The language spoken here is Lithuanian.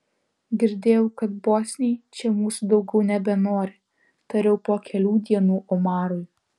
girdėjau kad bosniai čia mūsų daugiau nebenori tariau po kelių dienų omarui